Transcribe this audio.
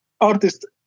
Artist